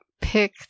pick